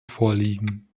vorliegen